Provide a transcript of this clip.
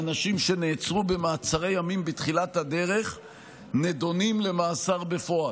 מהאנשים שנעצרו במעצרי ימים בתחילת הדרך נידונים למאסר בפועל.